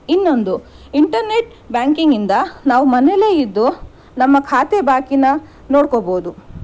ಇನ್ನೊಂದು ಇಂಟರ್ನೆಟ್ ಬ್ಯಾಂಕಿಂಗಿಂದ ನಾವು ಮನೆಯಲ್ಲೇ ಇದ್ದು ನಮ್ಮ ಖಾತೆ ಬಾಕಿನ ನೋಡ್ಕೋಬೋದು